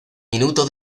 minuto